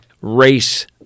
race